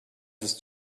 ist